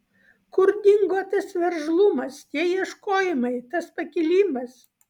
kur dingo tas veržlumas tie ieškojimai tas pakilimas